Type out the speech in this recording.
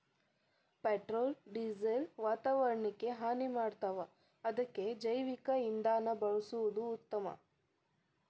petrol diesel ವಾತಾವರಣಕ್ಕ ಹಾನಿ ಮಾಡ್ತಾವ ಅದಕ್ಕ ಜೈವಿಕ ಇಂಧನಾ ಬಳಸುದ ಉತ್ತಮಾ